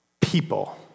people